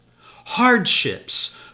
hardships